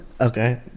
Okay